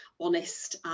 honest